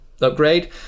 upgrade